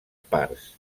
parts